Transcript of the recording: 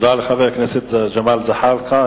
תודה לחבר הכנסת ג'מאל זחאלקה.